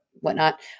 whatnot